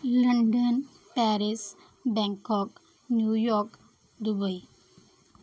London Paris Bangkok New York Dubai